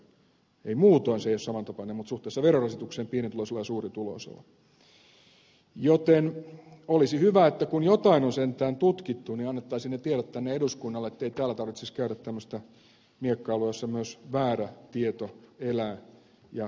muutoin se ei ole samantapainen mutta suhteessa verorasitukseen pienituloisella ja suurituloisella joten olisi hyvä että kun jotain on sentään tutkittu niin annettaisiin ne tiedot tänne eduskunnalle ettei täällä tarvitsisi käydä tämmöistä miekkailua jossa myös väärä tieto elää ja kukoistaa